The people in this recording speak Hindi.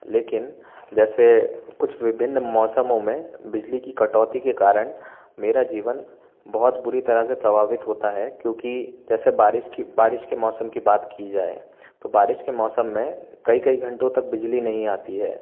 लेकिन जैसे कुछ विभिन्न मौसमों में बिजली की कटौती के कारण मेरा जीवन बहुत बुरी तरह से प्रभावित होता है क्योकि जैसे बारिश की बारिश के मौसम की बात की जाए तो बारिश के मौसम में कई कई घंटों तक बिजली नहीं आती है